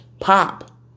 Pop